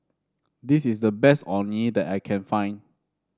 this is the best Orh Nee that I can find